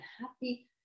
happy